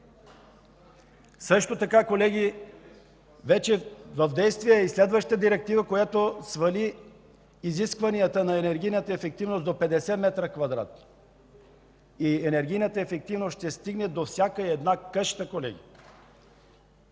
Също така, колеги, вече в действие е и следващата директива, която свали изискванията за енергийна ефективност до 50 кв. м. Енергийната ефективност ще стигне до всяка една къща, колеги.